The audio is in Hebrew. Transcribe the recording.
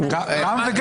פוגעני בבנקים או באנשים?